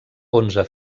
onze